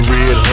Red